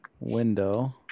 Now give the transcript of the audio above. Window